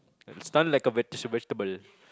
stun like a veg~ vegetable